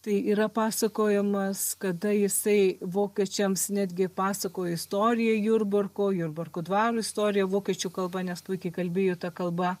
tai yra pasakojamas kada jisai vokiečiams netgi pasakojo istoriją jurbarko jurbarko dvaro istoriją vokiečių kalba nes puikiai kalbėjo ta kalba